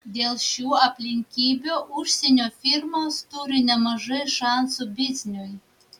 dėl šių aplinkybių užsienio firmos turi nemažai šansų bizniui